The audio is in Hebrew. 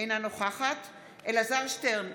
אינה נוכחת אלעזר שטרן,